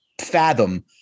fathom